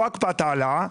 לא הקפאת העלאה,